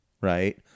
right